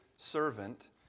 servant